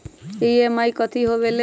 EMI कथी होवेले?